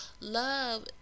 love